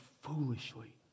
foolishly